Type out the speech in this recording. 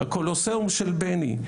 הקולוסאום של בני,